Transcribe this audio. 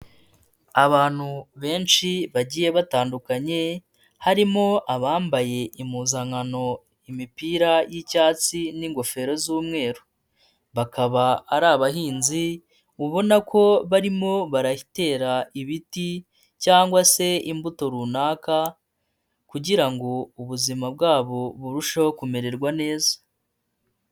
Abantu benshi bagiye batandukanye, harimo abambaye impuzankano imipira y'icyatsi n'ingofero z'umweru, bakaba ari abahinzi ubona ko barimo baratera ibiti cyangwa se imbuto runaka kugira ngo ubuzima bwabo burusheho kumererwa neza.